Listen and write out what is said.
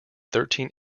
thirteen